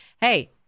hey